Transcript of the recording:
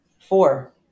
Four